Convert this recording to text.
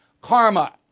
Karma